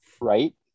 right